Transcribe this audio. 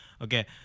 Okay